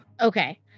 Okay